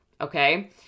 okay